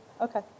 Okay